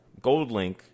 Goldlink